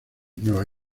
nueva